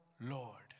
Lord